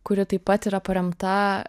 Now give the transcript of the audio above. kuri taip pat yra paremta